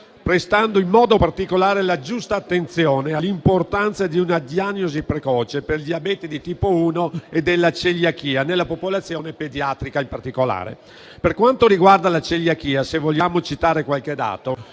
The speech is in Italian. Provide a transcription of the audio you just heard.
prestando in modo particolare la giusta attenzione all'importanza di una diagnosi precoce per il diabete di tipo 1 e della celiachia nella popolazione pediatrica. Per quanto riguarda la celiachia, se vogliamo citare qualche dato,